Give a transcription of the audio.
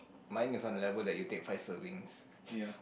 mine is on the level that you take five servings